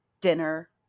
dinner